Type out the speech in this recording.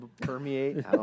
permeate